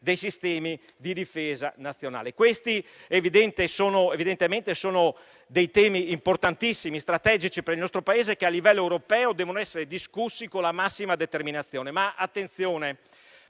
questi sono temi importantissimi e strategici per il nostro Paese e che a livello europeo devono essere discussi con la massima determinazione.